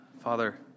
Father